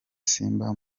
simba